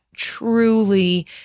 truly